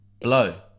Blow